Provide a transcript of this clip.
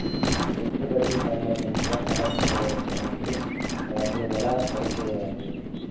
పెట్టుబడికి సంబంధించిన సమస్యలు వచ్చినప్పుడు వాటిని ఎలా సరి చేయాలి?